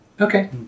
Okay